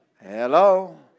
Hello